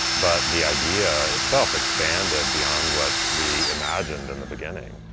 but the idea itself expanded beyond what we imagined in the beginning.